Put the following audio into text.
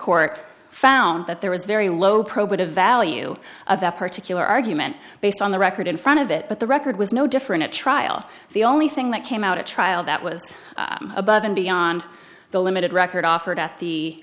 court found that there was very low probative value of that particular argument based on the record in front of it but the record was no different at trial the only thing that came out at trial that was above and beyond the limited record offered at the